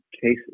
cases